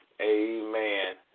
Amen